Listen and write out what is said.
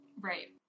Right